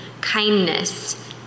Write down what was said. kindness